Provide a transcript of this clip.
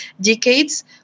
decades